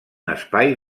espai